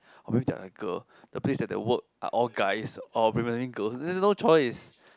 or maybe they are a girl the place that they work are all guys or probably girls then no choice